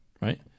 Right